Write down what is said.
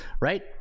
right